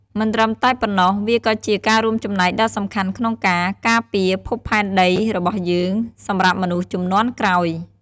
មិនត្រឹមតែប៉ុណ្ណោះ វាក៏ជាការរួមចំណែកដ៏សំខាន់ក្នុងការ ការពារភពផែនដីរបស់យើង សម្រាប់មនុស្សជំនាន់ក្រោយ។